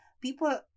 people